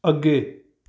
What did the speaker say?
ਅੱਗੇ